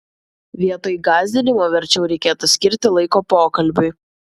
vietoj gąsdinimo verčiau reikėtų skirti laiko pokalbiui